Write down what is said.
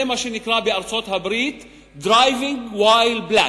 זה מה שנקרא בארצות-הברית Driving While Black,